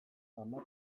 hamar